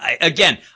again